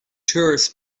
tourists